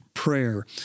prayer